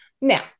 now